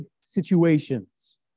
situations